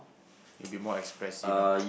be more expressive lah